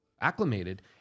acclimated